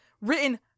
written